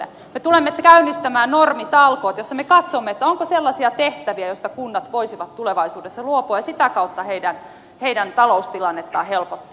me tulemme käynnistämään normitalkoot jossa me katsomme onko sellaisia tehtäviä joista kunnat voisivat tulevaisuudessa luopua ja sitä kautta voisimme niiden taloustilannetta helpottaa